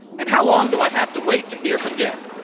and how long do i have to wait to hear from gabby?